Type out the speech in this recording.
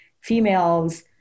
females